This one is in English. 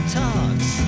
talks